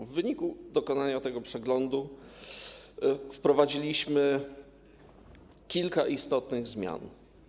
W wyniku dokonania tego przeglądu wprowadziliśmy kilka istotnych zmian.